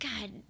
god